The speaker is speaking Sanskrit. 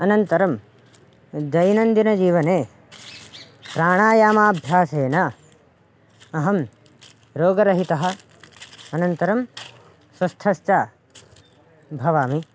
अनन्तरं दैनन्दिनजीवने प्राणायामाभ्यासेन अहं रोगरहितः अनन्तरं स्वस्थश्च भवामि